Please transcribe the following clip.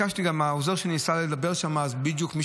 העוזר שלי ניסה לדבר שם, אז בדיוק מי